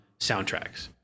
soundtracks